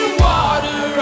water